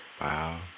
Wow